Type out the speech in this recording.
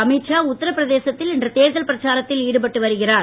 அமீத் ஷா உத்தரபிரதேசத்தில் இன்று தேர்தல் பிரச்சாரத்தில் ஈடுபட்டு வருகிறார்